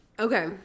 Okay